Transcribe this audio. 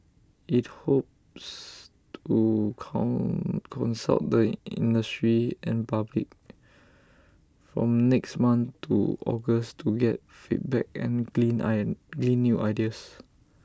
IT hopes to consult the industry and public from next month to August to get feedback and glean iron glean new ideas